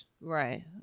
Right